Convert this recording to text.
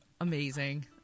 Amazing